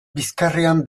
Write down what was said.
bizkarrean